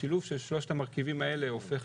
השילוב של שלושת המרכיבים האלה הופך,